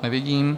Nevidím.